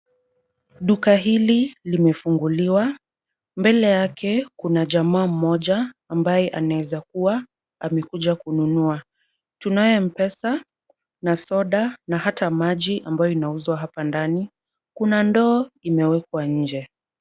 Duka hili limefunguliwa. Mbele yake kuna jamaa mmoja ambaye anaweza kuwa amekuja kununua. Tunaye M-Pesa na soda na hata maji ambayo inauzwa hapa ndani. Kuna ndoo imewekwa nje.